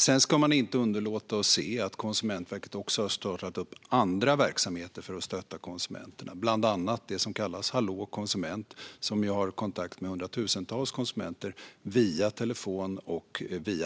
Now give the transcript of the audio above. Sedan ska man inte underlåta att se att Konsumentverket också har startat upp andra verksamheter för att stötta konsumenterna, bland annat det som kallas Hallå konsument, som har kontakt med hundratusentals konsumenter via telefon och